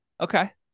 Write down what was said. Okay